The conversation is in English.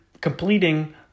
completing